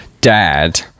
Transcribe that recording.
dad